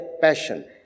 passion